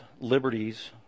liberties